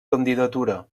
candidatura